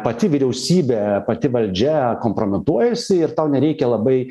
pati vyriausybė pati valdžia kompromituojasi ir tau nereikia labai